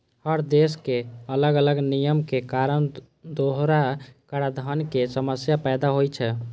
हर देशक अलग अलग नियमक कारण दोहरा कराधानक समस्या पैदा होइ छै